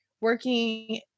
working